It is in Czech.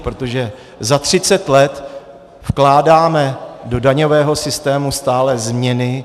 Protože za třicet let vkládáme do daňového systému stále změny.